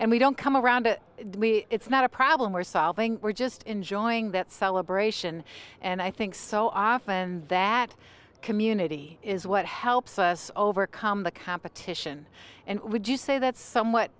and we don't come around it's not a problem we're solving we're just enjoying that celebration and i think so often that community is what helps us overcome the competition and would you say that's somewhat